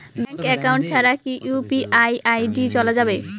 Bank account ছাড়া কি UPI ID চোলা যাবে?